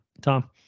Tom